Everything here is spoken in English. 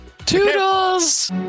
Toodles